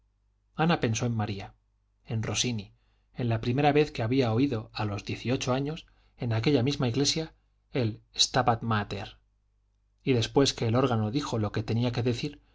ana pensó en maría en rossini en la primera vez que había oído a los diez y ocho años en aquella misma iglesia el stabat mater y después que el órgano dijo lo que tenía que decir